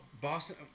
Boston